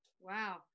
Wow